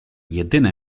jedyne